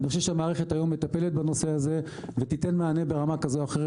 אני חושב שהמערכת היום מטפלת בנושא הזה ותיתן מענה ברמה כזו או אחרת,